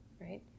right